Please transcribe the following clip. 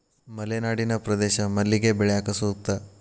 ಮಲೆನಾಡಿನ ಪ್ರದೇಶ ಮಲ್ಲಿಗೆ ಬೆಳ್ಯಾಕ ಸೂಕ್ತ